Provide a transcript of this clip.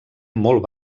molt